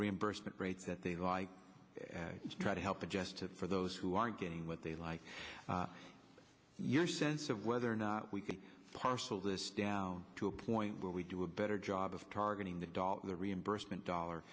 reimbursement rates that they like try to help adjust for those who are getting what they like your sense of whether or not we can parcel this down to a point where we do a better job of targeting the reimbursement dollar